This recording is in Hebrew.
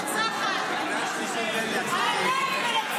נא להוציא את ולדימיר בליאק.